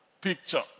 picture